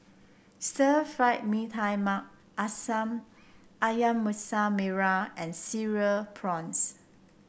Stir Fry Mee Tai Mak ayam Masak Merah and Cereal Prawns